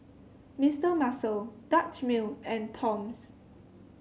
Mister Muscle Dutch Mill and Toms